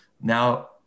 Now